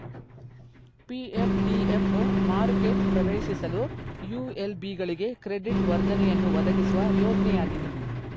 PF DF ಮಾರುಕೆಟ ಪ್ರವೇಶಿಸಲು ULB ಗಳಿಗೆ ಕ್ರೆಡಿಟ್ ವರ್ಧನೆಯನ್ನು ಒದಗಿಸುವ ಯೋಜ್ನಯಾಗಿದೆ